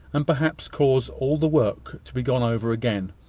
and perhaps cause all the work to be gone over again.